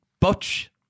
Butch